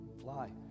fly